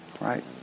Right